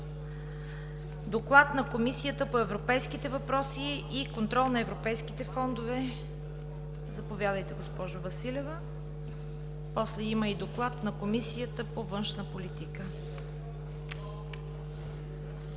Доклад на Комисията по европейските въпроси и контрол на европейските фондове. После има и Доклад на Комисията по външна политика.